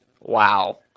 Wow